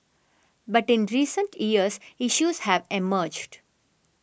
but in recent years issues have emerged